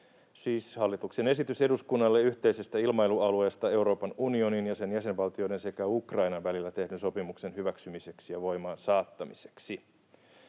Siis hallituksen esitys eduskunnalle yhteisestä ilmailualueesta Euroopan unionin ja sen jäsenvaltioiden sekä Ukrainan välillä tehdyn sopimuksen hyväksymiseksi ja voimaansaattamiseksi.